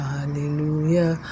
Hallelujah